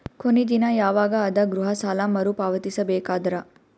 ಕೊನಿ ದಿನ ಯವಾಗ ಅದ ಗೃಹ ಸಾಲ ಮರು ಪಾವತಿಸಬೇಕಾದರ?